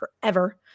forever